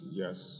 yes